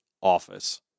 office